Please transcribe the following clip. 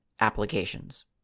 applications